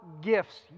gifts